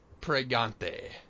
Pregante